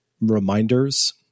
reminders